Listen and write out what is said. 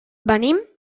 venim